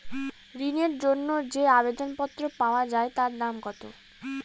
ঋণের জন্য যে আবেদন পত্র পাওয়া য়ায় তার দাম কত?